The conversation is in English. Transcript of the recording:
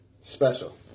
Special